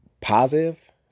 positive